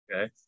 Okay